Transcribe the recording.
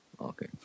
Okay